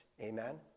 amen